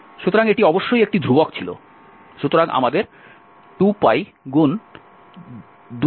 সুতরাং এটি অবশ্যই একটি ধ্রুবক ছিল সুতরাং আমাদের 2πআছে